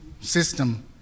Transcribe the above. system